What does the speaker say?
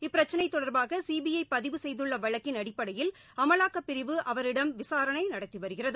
இப்பிரச்சினை தொடர்பாக சிபிஐ பதிவு செய்துள்ள வழக்கிள் அடிப்படையில் அமலாக்கப் பிரிவு அவரிடம் விசாரணை நடத்தி வருகிறது